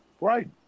Right